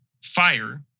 fire